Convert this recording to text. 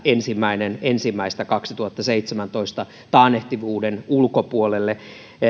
ensimmäinen ensimmäistä kaksituhattaseitsemäntoista taannehtivuuden ulkopuolelle